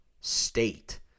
state